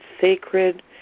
sacred